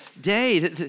day